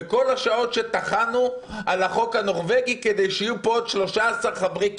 בכל השעות שטחנו על החוק הנורבגי כדי שיהיו פה עוד 13 חברי כנסת.